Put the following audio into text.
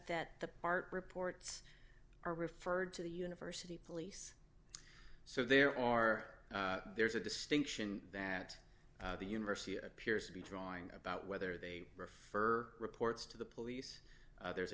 that the part reports are referred to the university police so there are there's a distinction that the university appears to be drawing about whether they refer reports to the police there's a